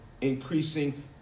increasing